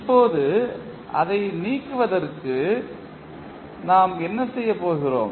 இப்போது அதை நீக்குவதற்கு நாம் என்ன செய்ய போகிறோம்